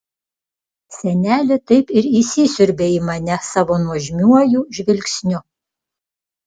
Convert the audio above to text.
senelė taip ir įsisiurbė į mane savo nuožmiuoju žvilgsniu